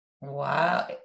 Wow